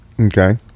Okay